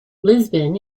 lisbon